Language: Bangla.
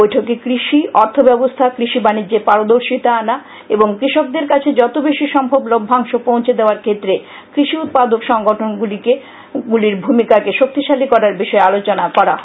বৈঠকে কৃষি অর্থব্যবস্থা কৃষি বানিজ্যে পারদর্শিতা আনা এবং কৃষকদের কাছে যত বেশি সম্ভব লভ্যাংশ পৌঁছে দেওয়ার ক্ষেত্রে কৃষি উৎপাদক সংগঠনগুলির ভুমিকাকে শক্তিশালী করার বিষয়ে আলোচনা করা হয়